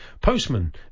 postman